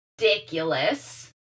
ridiculous